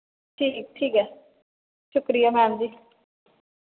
ठीक ठीक ऐ शुक्रिया मैम जी